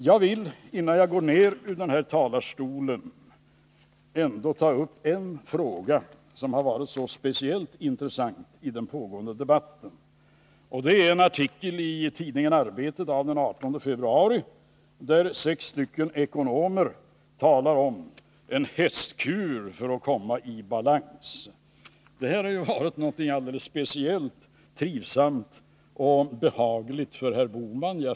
Jag skall, innan jag går ned från denna talarstol, ta upp en fråga som har varit speciellt intressant i den pågående debatten. Jag avser den artikel i tidningen Arbetet av den 18 februari, där sex ekonomer talar om en hästkur för att komma i balans. Den här artikeln har varit alldeles speciellt trivsam och behaglig för herr Bohman.